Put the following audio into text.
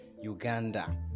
Uganda